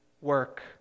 work